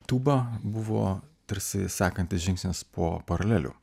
tūba buvo tarsi sekantis žingsnis po paralelių